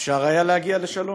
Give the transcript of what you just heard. אפשר היה להגיע לשלום.